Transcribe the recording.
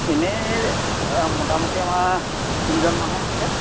এনেই মোটামোটি আমাৰ তিনিজন মানুহ থাকে